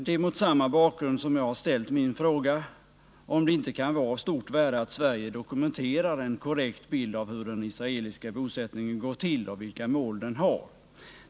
Det är mot samma bakgrund jag har ställt min fråga, om det inte kan vara av stort värde att Sverige dokumenterar en korrekt bild av hur den israeliska bosättningen går till och vilka mål den har.